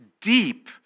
deep